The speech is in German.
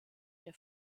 der